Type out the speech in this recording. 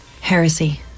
Heresy